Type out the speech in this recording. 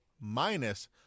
minus